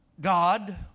God